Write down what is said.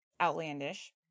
outlandish